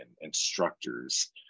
instructors